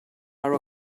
are